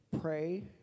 pray